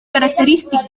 característic